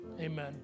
Amen